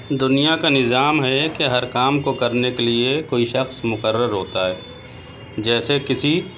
دنیا کا نظام ہے کہ ہر کام کو کرنے کے لیے کوئی شخص مقرر ہوتا ہے جیسے کسی